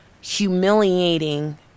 humiliating